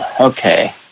Okay